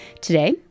Today